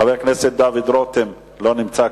חבר הכנסת דוד רותם, לא נמצא כאן,